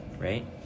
right